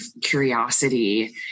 curiosity